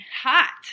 Hot